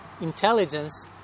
intelligence